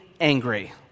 angry